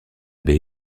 baie